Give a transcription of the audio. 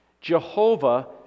Jehovah